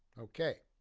okay,